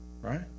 right